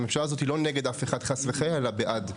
הממשלה הזו היא לא נגד אף אחד חלילה אלא בעד.